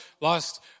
lost